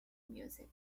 music